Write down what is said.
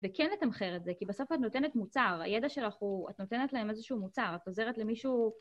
וכן לתמחר את זה, כי בסוף את נותנת מוצר, הידע שלך הוא... את נותנת להם איזשהו מוצר, את עוזרת למישהו...